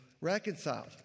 reconciled